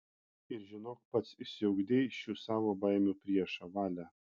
ir žinok pats išsiugdei šių savo baimių priešą valią